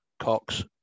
Cox